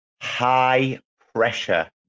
high-pressure